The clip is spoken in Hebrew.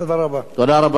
תודה רבה.